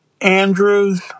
Andrews